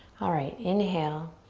alright, inhale.